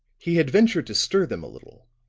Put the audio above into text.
he had ventured to stir them a little,